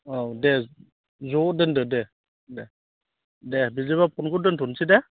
औ दे ज' दोनदो दे दे दे बिदिबा फ'नखौ दोनथ'नोसै दे